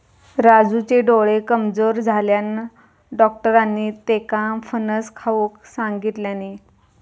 राजूचे डोळे कमजोर झाल्यानं, डाक्टरांनी त्येका फणस खाऊक सांगितल्यानी